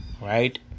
right